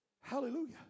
Hallelujah